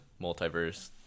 multiverse